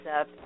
up